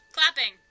Clapping